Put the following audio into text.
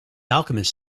alchemist